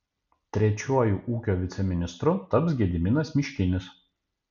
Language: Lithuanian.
trečiuoju ūkio viceministru taps gediminas miškinis